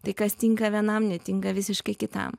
tai kas tinka vienam netinka visiškai kitam